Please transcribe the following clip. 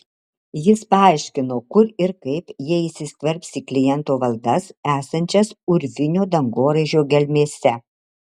jis paaiškino kur ir kaip jie įsiskverbs į kliento valdas esančias urvinio dangoraižio gelmėse